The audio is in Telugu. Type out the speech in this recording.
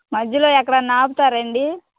మధ్యలో ఎక్కడైన ఆపుతారా అండి